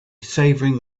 savouring